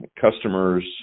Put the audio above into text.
customers